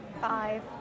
Five